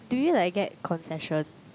do you like get concession